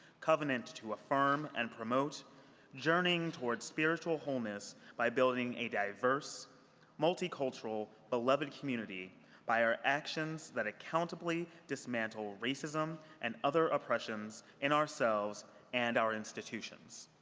covenant to affirm and promote journeying toward spiritual wholeness by building a diverse multicultural beloved community by our actions that accountably dismantle racism and other oppressions in ourselves and our institutions.